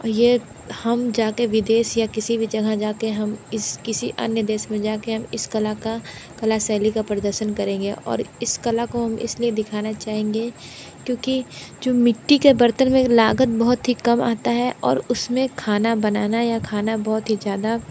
ये हम जा कर विदेश या किसी भी जगह जा कर हम इस किसी अन्य देश में जा कर हम इस कला का कला शैली का प्रदर्शन करेंगे और इस कला को इसलिए दिखाना चाहेंगे क्योंकि जो मिट्टी के बर्तन में लागत बहुत ही कम आती है और उस में खाना बनाना या खाना बहुत ही ज़्यादा